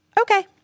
Okay